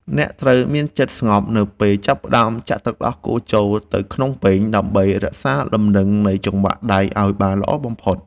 អ្នកត្រូវមានចិត្តស្ងប់នៅពេលចាប់ផ្តើមចាក់ទឹកដោះគោចូលទៅក្នុងពែង ដើម្បីរក្សាលំនឹងនៃចង្វាក់ដៃឱ្យបានល្អបំផុត។